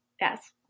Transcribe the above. Yes